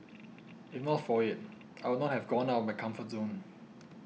if not for it I would not have gone out of my comfort zone